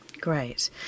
Great